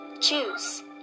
Choose